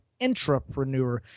intrapreneur